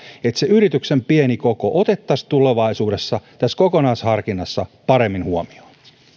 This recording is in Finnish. että yrityksen pieni koko otettaisiin tulevaisuudessa kokonaisharkinnassa paremmin huomioon